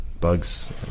bugs